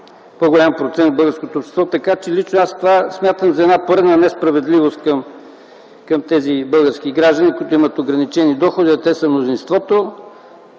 по-голям процент от българското общество. Лично аз смятам това за поредната несправедливост към тези български граждани, които имат ограничени доходи, а те са мнозинството.